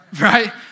right